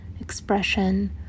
expression